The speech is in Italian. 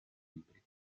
libri